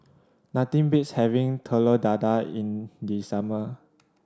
nothing beats having Telur Dadah in the summer